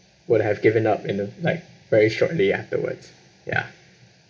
would have given up you know like very shortly afterwards ya